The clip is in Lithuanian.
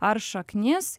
ar šaknis